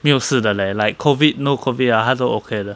没有事的 leh like COVID no COVID ah 他都 okay 的